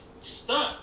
Stuck